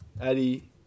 Eddie